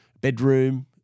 bedroom